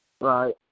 Right